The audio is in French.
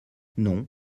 non